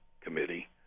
committee